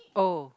oh